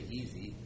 easy